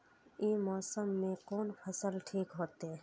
ई मौसम में कोन फसल ठीक होते?